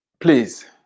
Please